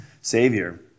Savior